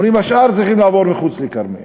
ואומרים: השאר צריכים לעבור מחוץ לכרמיאל.